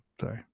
Sorry